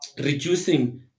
reducing